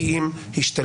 כי אם השתלטות,